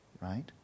right